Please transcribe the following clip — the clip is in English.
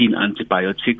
antibiotics